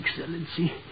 Excellency